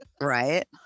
Right